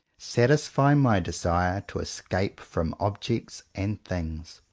satisfy my desire to escape from objects and things.